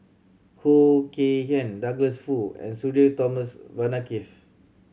Khoo Kay Hian Douglas Foo and Sudhir Thomas Vadaketh